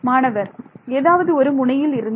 மாணவர் ஏதாவது ஒரு முனையில் இருந்து